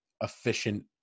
efficient